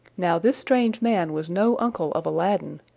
now, this strange man was no uncle of aladdin,